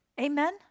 Amen